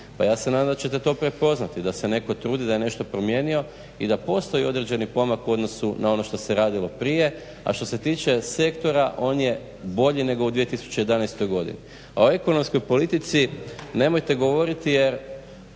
pa ja se nadam da ćete to prepoznati da se netko trudi da je nešto promijenio i da postoji određeni pomak u odnosu na ono što se radilo prije. A što se tiče sektora on je bolji nego u 2011.godini. A o ekonomskoj politici nemojte govoriti jer